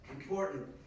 important